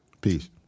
Peace